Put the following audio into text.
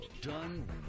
done